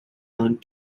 island